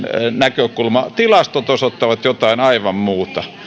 näkökulma tilastot osoittavat jotain aivan muuta